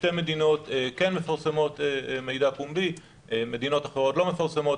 שתי מדינות כן מפרסמות מידע פומבי ומדינות אחרות לא מפרסמות.